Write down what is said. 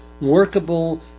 workable